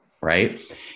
Right